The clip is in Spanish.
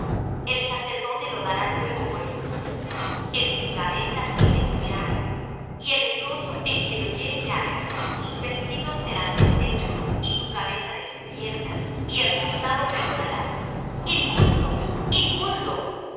el sacerdote lo dará luego por inmundo en su cabeza tiene su llaga y el leproso en quien hubiere llaga sus vestidos serán deshechos y su cabeza descubierta y embozado pregonará inmundo inmundo